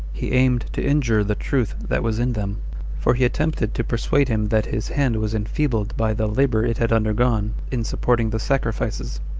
he aimed to injure the truth that was in them for he attempted to persuade him that his hand was enfeebled by the labor it had undergone in supporting the sacrifices,